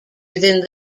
within